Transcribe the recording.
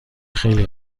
خیلی